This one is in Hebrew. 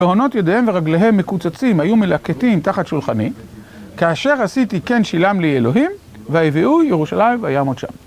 בהונות ידיהם ורגליהם מקוצצים, היו מלקטים תחת שולחני. כאשר עשיתי כן, שילם לי אלוהים. ויביאוהו ירושלים, וימות שם.